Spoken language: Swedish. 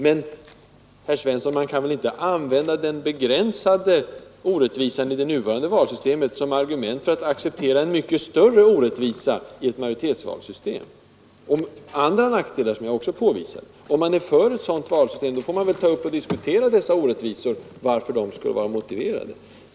Men, herr Svensson, man kan väl inte använda den begränsade orättvisan i det nuvarande valsystemet som ett argument för att acceptera en mycket större orättvisa i ett majoritetsvalssystem. Detta har även andra nackdelar som jag påvisade. Om man är för ett sådant valsystem, då får man väl ta upp och diskutera varför dessa orättvisor skulle vara motiverade.